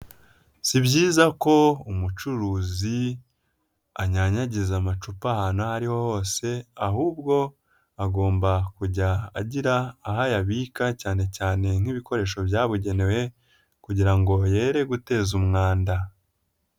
Si byiza ko umucuruzi anyanyagiza amacupa ahantu ariho hose ahubwo agomba kujya agira aho ayabika cyane cyane nk'ibikoresho byabugenewe kugira ngo yereguteza umwanda.